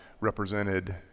represented